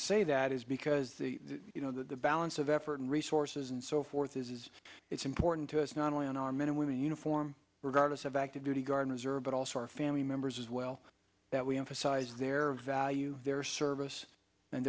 say that is because you know the balance of effort and resources and so forth is it's important to us not only on our men and women in uniform regardless of active duty guard missouri but also our family members as well that we emphasize their value their service and